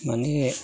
माने